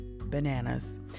bananas